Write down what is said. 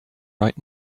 right